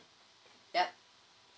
yup